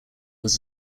was